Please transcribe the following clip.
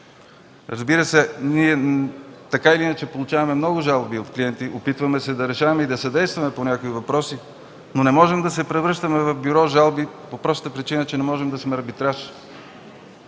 на депозантите. Ние получаваме много жалби от клиенти, опитваме се да решаваме и да съдействаме по някои въпроси, но не можем да се превръщаме в бюро „Жалби” по простата причина, че не можем да сме арбитраж.